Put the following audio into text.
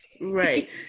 right